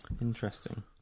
Interesting